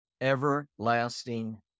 everlasting